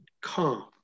calm